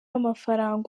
amafaranga